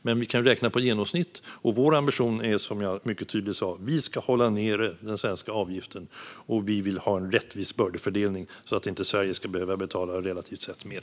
Men vi kan räkna på genomsnitt, och som jag mycket tydligt sa är vår ambition att vi ska hålla nere den svenska avgiften. Vi vill också ha en rättvis bördefördelning så att inte Sverige ska behöva betala relativt sett mer.